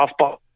softball